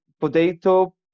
potato